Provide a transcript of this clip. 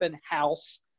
House